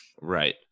Right